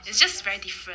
it's just very different